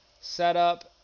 setup